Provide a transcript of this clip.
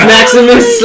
Maximus